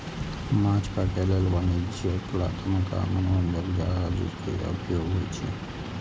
माछ पकड़ै लेल वाणिज्यिक, कलात्मक आ मनोरंजक जहाज के उपयोग होइ छै